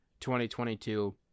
2022